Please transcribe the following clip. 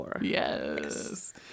yes